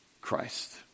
Christ